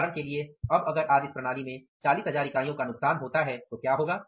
उदाहरण के लिए अब अगर आज इस प्रणाली में 40000 इकाइयों का नुकसान होता है तो क्या होगा